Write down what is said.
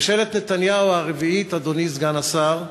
ממשלת נתניהו הרביעית, אדוני סגן השר,